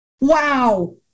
Wow